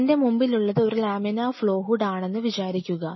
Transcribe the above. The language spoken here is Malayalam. എന്റെ മുന്പിലുള്ളത് ഒരു ലാമിനാർ ഫ്ലോ ഹുഡ് ആണെന്ന് വിചാരിക്കുക